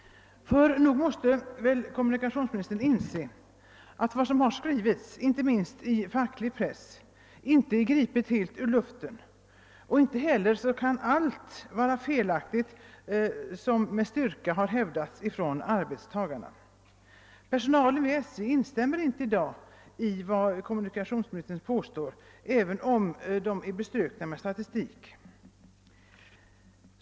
Nog måste väl ändå kommunikationsministern inse att vad som skrivits, inte minst i facklig press, inte är gripet helt ur luften. Och inte heller kan väl allt som med styrka hävdats av arbetstagarna vara felaktigt. Personalen vid SJ instämmer i dag inte i kommunikationsministerns påståenden, även om dessa bestyrks med statistik.